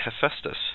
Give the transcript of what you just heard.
Hephaestus